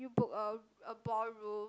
you book a a ballroom